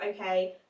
Okay